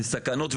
זה סכנות,